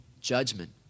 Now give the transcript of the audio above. judgment